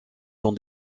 dans